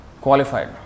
qualified